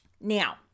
now